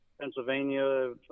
Pennsylvania